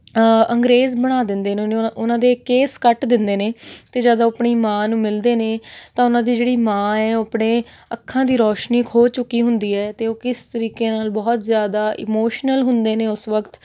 ਅੰਗਰੇਜ਼ ਬਣਾ ਦਿੰਦੇ ਨੇ ਉਹਨਾਂ ਦੇ ਕੇਸ ਕੱਟ ਦਿੰਦੇ ਨੇ ਅਤੇ ਜਦ ਆਪਣੀ ਮਾਂ ਨੂੰ ਮਿਲਦੇ ਨੇ ਤਾਂ ਉਹਨਾਂ ਦੀ ਜਿਹੜੀ ਮਾਂ ਹੈ ਉਹ ਆਪਣੇ ਅੱਖਾਂ ਦੀ ਰੌਸ਼ਨੀ ਖੋ ਚੁੱਕੀ ਹੁੰਦੀ ਹੈ ਅਤੇ ਉਹ ਕਿਸ ਤਰੀਕੇ ਨਾਲ ਬਹੁਤ ਜ਼ਿਆਦਾ ਇਮੋਸ਼ਨਲ ਹੁੰਦੇ ਨੇ ਉਸ ਵਕਤ